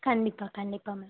கண்டிப்பாக கண்டிப்பாக மேம்